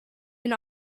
and